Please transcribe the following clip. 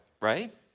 right